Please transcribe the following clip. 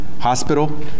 hospital